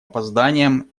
опозданием